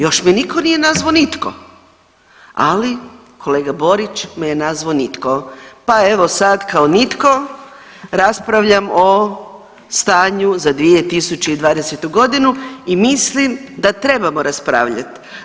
Još me niko nije nazvao nitko, ali kolega Borić me je nazvao nitko, pa evo sad kao nitko raspravljam o stanju za 2020. godinu i mislim da trebamo raspravljati.